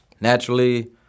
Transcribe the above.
naturally